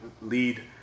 lead